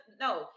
No